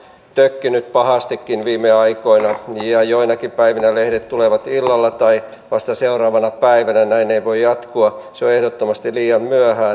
tökkinyt pahastikin viime aikoina ja ja joinakin päivinä lehdet tulevat illalla tai vasta seuraavana päivänä näin ei voi jatkua se on ehdottomasti liian myöhään